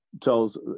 tells